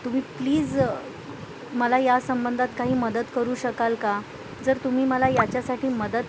तुम्ही प्लीज मला या संबंधात काही मदत करू शकाल का जर तुम्ही मला याच्यासाठी मदत